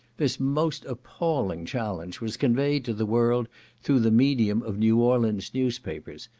this most appalling challenge was conveyed to the world through the medium of new orleans newspapers,